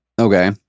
Okay